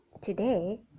today